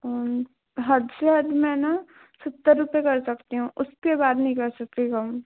और हद से हद मैं न सत्तर रुपये कर सकती हूँ उसके बाद नहीं कर सकती कम